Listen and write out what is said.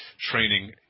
training